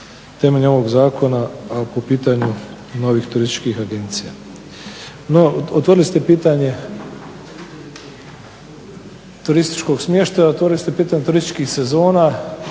temeljem ovog zakona po pitanju novih turističkih agencija. No otvorili ste pitanje turističkog smještaja, otvorili ste pitanje turističkih sezona